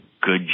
good